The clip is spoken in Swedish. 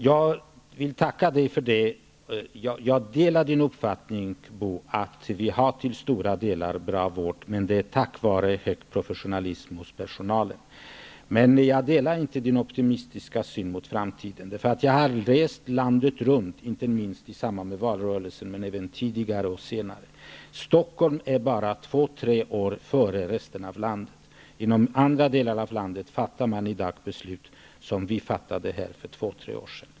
Jag vill alltså tacka Bo Holmberg, och jag delar till stor del uppfattningen att vi i stor utsträckning har bra vård, men det är tack vare hög professionalism hos personalen. Däremot delar jag inte Bo Holmbergs optimistiska syn på framtiden, för jag har rest landet runt, i samband med valrörelsen men även tidigare och senare. Stockholm är bara två tre år före resten av landet. Inom andra delar av landet fattar man i dag beslut som vi fattade här för två tre år sedan.